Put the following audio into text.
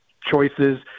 choices